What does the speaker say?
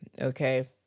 Okay